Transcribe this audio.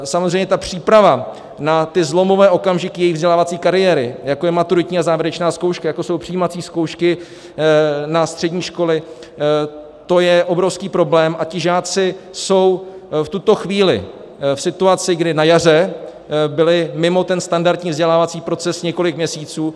Samozřejmě ta příprava na zlomové okamžiky jejich vzdělávací kariéry, jako je maturitní a závěrečná zkouška, jako jsou přijímací zkoušky na střední školy, to je obrovský problém a ti žáci jsou v tuto chvíli v situaci, kdy na jaře byli mimo standardní vzdělávací proces několik měsíců.